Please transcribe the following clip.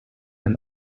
and